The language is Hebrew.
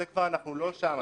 אנחנו כבר לא שם.